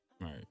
Right